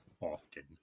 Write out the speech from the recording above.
often